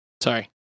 sorry